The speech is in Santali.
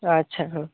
ᱟᱪᱪᱷᱟ ᱦᱮᱸ